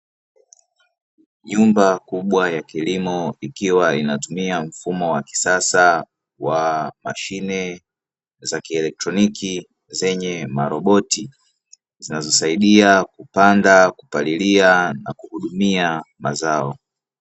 Nyumba kubwa ya kilimo ikiwa inatumia mfumo wa kisasa wa mashine za kielektroniki zenye maroboti; zinazosaidia kupanda, kupalilia na kuhudumia mazao.